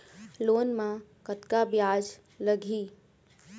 Loan म कतका ब्याज लगही?